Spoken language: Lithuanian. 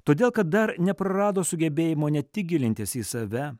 todėl kad dar neprarado sugebėjimo ne tik gilintis į save